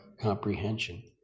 comprehension